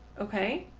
ok,